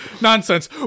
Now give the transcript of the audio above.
nonsense